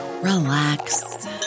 relax